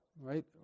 Right